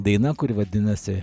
daina kuri vadinasi